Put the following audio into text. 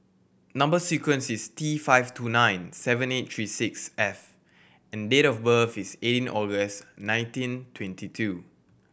number sequence is T five two nine seven eight three six F and date of birth is eighteen August nineteen twenty two